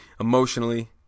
emotionally